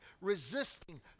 resisting